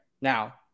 Now